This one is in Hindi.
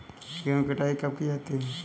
गेहूँ की कटाई कब की जाती है?